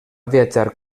viatjar